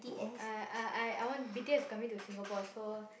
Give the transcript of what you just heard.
I I I I want B_T_S is coming to Singapore so